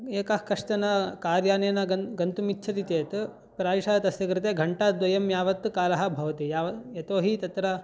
एकः कश्चन कार्यानेन गन् गन्तुम् इच्छति चेत् प्रायशः तस्य कृते घण्टाद्वयं यावत् कालः भवति याव यतोहि तत्र